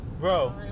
Bro